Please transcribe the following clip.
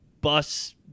bus